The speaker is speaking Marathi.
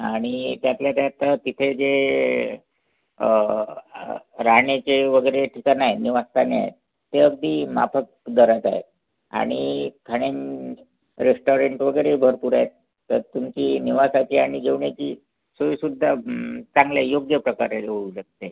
आणि त्यातल्या त्यात तिथे जे राहण्याची वगैरे ठिकाणं आहेत निवासस्थाने आहेत ती अगदी माफक दरात आहेत आणि खाण्यां रेस्टाॅरंट वगैरे भरपूर आहेत त्यात तुमची निवासाची आणि जेवण्याची सोयसुद्धा चांगल्या योग्यप्रकारे होऊ शकते